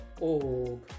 org